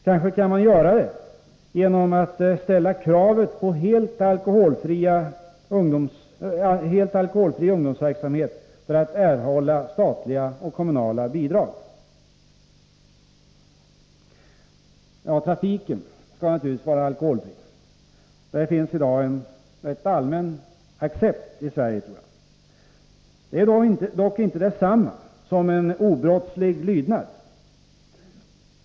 Kanske kan man göra det genom att ställa kravet på helt alkoholfri ungdomsverksamhet för att erhålla statliga och kommunala bidrag. Trafiken skall naturligtvis vara alkoholfri. För det tror jag att det i dag finns en rätt allmän accept i Sverige. Det är dock inte detsamma som en obrottslig lydnad.